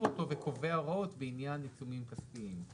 אותו וקובע הוראות בעניין עיצומים כספיים.